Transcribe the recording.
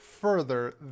further